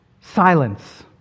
silence